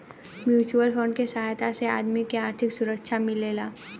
mutual fund के सहायता से आदमी के आर्थिक सुरक्षा मिलेला